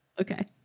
okay